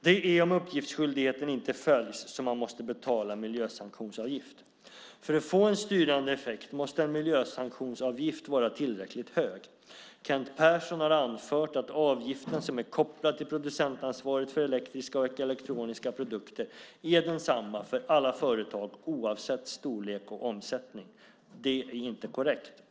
Det är om uppgiftsskyldigheten inte följs som man måste betala miljösanktionsavgift. För att få en styrande effekt måste en miljösanktionsavgift vara tillräckligt hög. Kent Persson har anfört att avgiften som är kopplad till producentansvaret för elektriska och elektroniska produkter är densamma för alla företag oavsett storlek och omsättning. Det är inte korrekt.